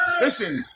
Listen